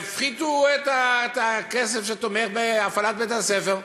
יפחיתו את הכסף שתומך בהפעלת בית-הספר.